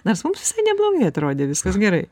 nors mums visai neblogai atrodė viskas gerai